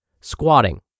squatting